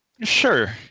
sure